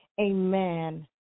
Amen